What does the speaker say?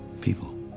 People